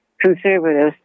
conservatives